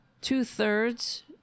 Two-thirds